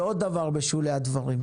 ועוד דבר, בשולי הדברים: